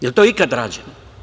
Jel to ikad rađeno?